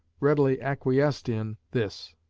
readily acquiesced in, this.